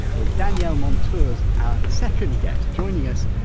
well danielle montour is our second guest joining us,